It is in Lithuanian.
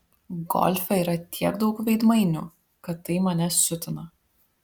golfe yra tiek daug veidmainių kad tai mane siutina